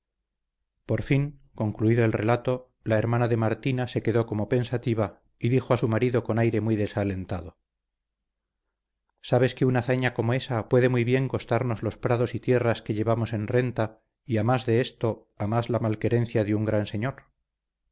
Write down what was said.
por fin concluido el relato la hermana de martina se quedó como pensativa y dijo a su marido con aire muy desalentado sabes que una hazaña como esa puede muy bien costarnos los prados y tierras que llevamos en renta y a más de esto a más la malquerencia de un gran señor